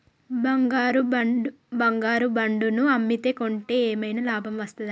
బంగారు బాండు ను అమ్మితే కొంటే ఏమైనా లాభం వస్తదా?